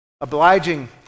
obliging